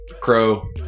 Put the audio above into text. Crow